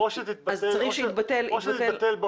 אז צריך שיתבטל --- או שזה יתבטל,